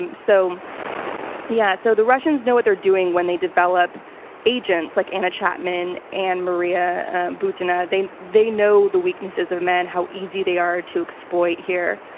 and so yeah. so, the russians know what they're doing when they develop agents like anna chapman and maria butina. they they know the weaknesses of men, how easy they are to exploit here,